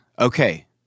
Okay